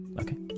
okay